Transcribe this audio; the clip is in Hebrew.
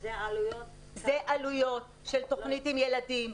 שזה עלויות --- זה עלויות של תוכנית עם ילדים,